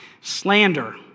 Slander